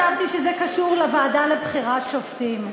אה, ואני חשבתי שזה קשור לוועדה לבחירת שופטים.